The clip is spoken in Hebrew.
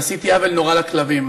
ועשיתי עוול נורא לכלבים,